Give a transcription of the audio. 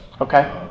Okay